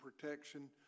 protection